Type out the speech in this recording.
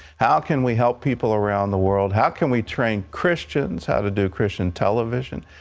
how can we help people around the world? how can we train christians how to do christian television?